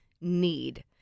need